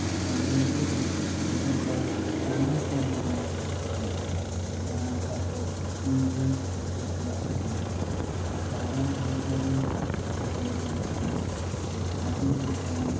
ᱵᱟᱰᱚᱢ ᱞᱟᱹᱣᱠᱟᱹ ᱨᱮ ᱫᱮᱡᱚᱜ ᱫᱚ ᱥᱟᱱᱟᱢ ᱦᱚᱲ ᱜᱮᱵᱚᱱ ᱠᱩᱥᱤᱭᱟᱜᱼᱟ ᱚᱱᱟ ᱞᱮᱠᱟᱛᱮ ᱤᱧ ᱦᱚᱹᱧ ᱠᱩᱥᱤᱭᱟᱜ ᱜᱮᱭᱟ ᱵᱟᱰᱚᱢ ᱞᱟᱹᱣᱠᱟᱹ ᱨᱮ ᱫᱮᱡ ᱞᱮᱱ ᱠᱷᱟᱱ ᱟᱹᱰᱤ ᱞᱮᱠᱟᱱ